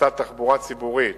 הכנסת תחבורה ציבורית